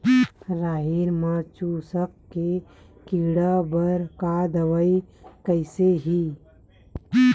राहेर म चुस्क के कीड़ा बर का दवाई कइसे ही?